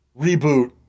reboot